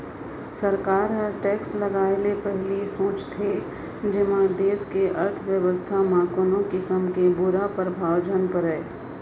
सरकार ह टेक्स लगाए ले पहिली सोचथे जेमा देस के अर्थबेवस्था म कोनो किसम के बुरा परभाव झन परय